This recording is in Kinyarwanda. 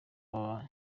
baba